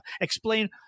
explain